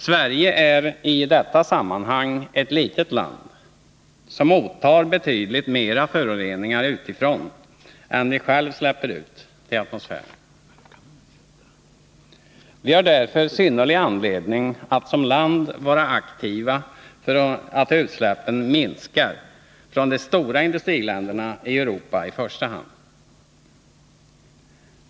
Sverige är i detta sammanhang ett litet land som mottar betydligt mera föroreningar utifrån än vi själva släpper ut till atmosfären. Vi har därför synnerlig anledning att som land aktivt verka för att utsläppen minskar från de stora industriländerna i Europa i första hand.